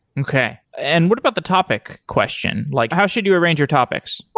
okay. and what about the topic question? like how should you arrange your topics.